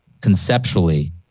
conceptually